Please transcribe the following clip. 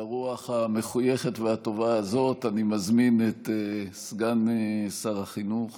וברוח המחויכת והטובה הזאת אני מזמין את סגן שר החינוך